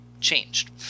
changed